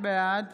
בעד